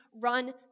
run